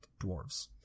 dwarves